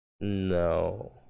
no